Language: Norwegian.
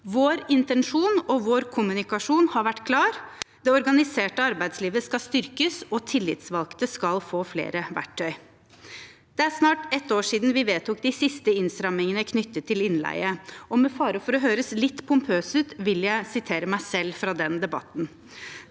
Vår intensjon og vår kommunikasjon har vært klar: Det organiserte arbeidslivet skal styrkes, og tillitsvalgte skal få flere verktøy. Det er snart et år siden vi vedtok de siste innstrammingene knyttet til innleie, og med fare for å høres litt pompøs ut vil jeg sitere meg selv fra den debatten: